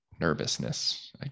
nervousness